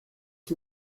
que